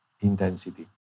intensity